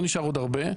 לא נשאר עוד הרבה.